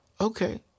okay